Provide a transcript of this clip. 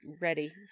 ready